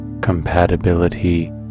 compatibility